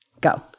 Go